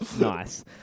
Nice